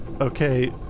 Okay